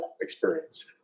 experience